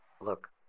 Look